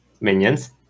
minions